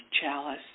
chalice